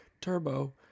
turbo